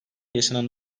yaşanan